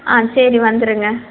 ஆ சரி வந்துடுங்க